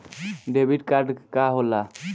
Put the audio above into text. Debit card का होला?